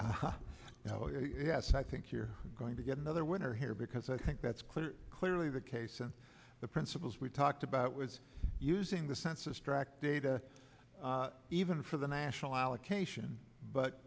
yes i think you're going to get another winner here because i think that's clear clearly the case and the principles we talked about was using the census track data even for the national allocation but